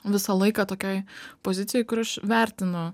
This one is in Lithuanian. visą laiką tokioj pozicijoj kur aš vertinu